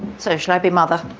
so should i be mother.